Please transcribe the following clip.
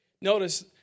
Notice